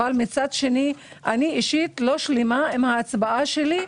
אבל מצד שני, אני אישית לא שלמה עם ההצבעה שלי.